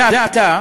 זה עתה